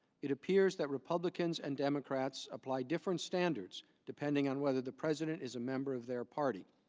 it appears that republicans and democrats applied different standards depending on whether the president is a member of their party.